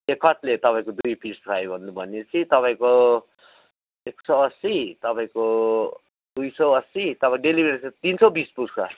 ए कत्ले तपाईँको दुई पिस फ्राई भनेपछि तपाईँको एक सय अस्सी तपाईँको दुई सय अस्सी डेलिभरीसँग तिन सय बिस पुग्छ